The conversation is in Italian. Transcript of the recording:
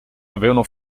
avevano